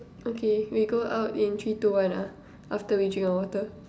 okay we go out in three two one ah after we drink our water